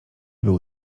był